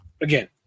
again